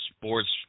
Sports